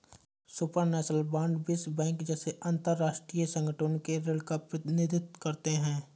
supranational bond विश्व bank जैसे अंतरराष्ट्रीय संगठनों के ऋण का प्रतिनिधित्व करते हैं